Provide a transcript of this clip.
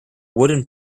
wooden